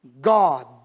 God